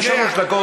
יש שלוש דקות.